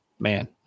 man